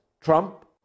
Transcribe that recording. Trump